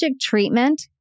treatment